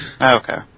okay